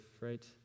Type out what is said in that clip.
right